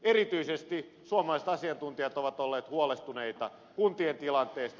erityisesti suomalaiset asiantuntijat ovat olleet huolestuneita kuntien tilanteesta